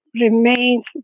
remains